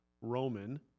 Roman